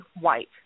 white